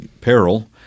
peril